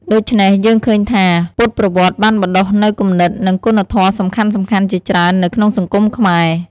ដូច្នេះយើងឃើញថា ពុទ្ធប្រវត្តិបានបណ្ដុះនូវគំនិត និងគុណធម៌សំខាន់ៗជាច្រើននៅក្នុងសង្គមខ្មែរ។